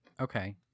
Okay